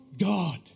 God